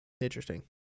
Interesting